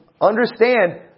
understand